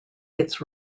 its